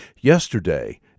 Yesterday